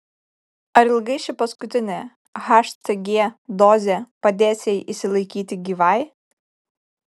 ar ilgai ši paskutinė hcg dozė padės jai išsilaikyti gyvai